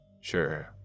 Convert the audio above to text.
Sure